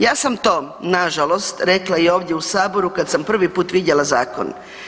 Ja sam to na žalost rekla i ovdje u Saboru kad sam prvi put vidjela zakon.